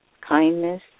kindness